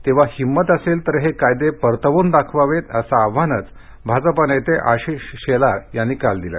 तेंव्हा हिंमत असेल तर हे कायदे परतवून दाखवावेत असं आव्हानच भाजप नेते आशिष शेलार यांनी काल दिलं